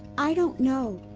i don't know.